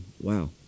Wow